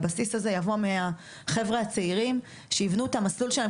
הבסיס הזה יבוא מהחבר'ה הצעירים שיבנו את המסלול שלהם,